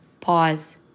pause